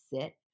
sit